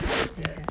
ya sia